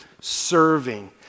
serving